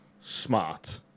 smart